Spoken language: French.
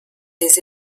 des